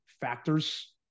factors